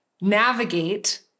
navigate